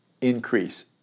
increase